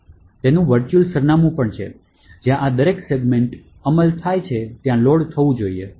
તેનું વર્ચુઅલ સરનામું છે જ્યાં આ દરેક સેગમેન્ટ્સ અમલ થાય ત્યારે લોડ થવું જોઈએ